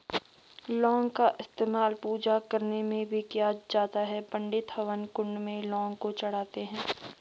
लौंग का इस्तेमाल पूजा करने में भी किया जाता है पंडित हवन कुंड में लौंग को चढ़ाते हैं